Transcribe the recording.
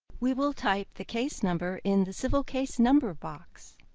we will type the case number in the civil case number box,